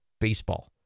baseball